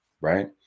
right